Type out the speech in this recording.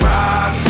Rock